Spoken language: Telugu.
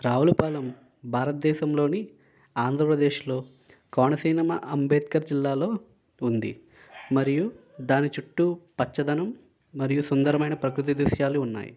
రావులపాలెం భారత దేశంలోని ఆంధ్రప్రదేశ్లో కోనసీనమ అంబేద్కర్ జిల్లాలో ఉంది మరియు దాని చుట్టూ పచ్చదనం మరియు సుందరమైన ప్రకృతి దృశ్యాలు ఉన్నాయి